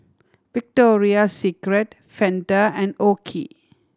Victoria Secret Fanta and OKI